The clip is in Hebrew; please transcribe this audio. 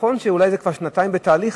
ונכון שזה אולי כבר שנתיים בתהליך,